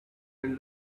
been